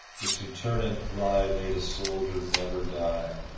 if to turn and fly made a soldier never die,